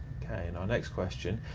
okay, and our next question,